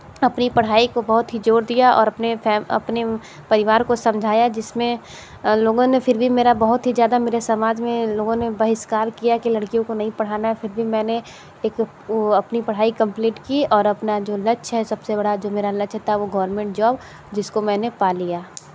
अपनी पढ़ाई को बहुत ही जोर दिया और अपने अपने परिवार को समझाया जिसमें लोगों ने फिर भी मेरा बहुत ही ज़्यादा मेरे समाज में लोगों ने बहिष्कार किया कि लड़कियों को नहीं पढ़ाना है फिर भी मैंने वो अपनी पढ़ाई कंप्लीट की और अपना जो लक्ष्य है सबसे बड़ा जो मेरा लक्ष्य था वो गवर्नमेंट जॉब जिसको मैंने पा लिया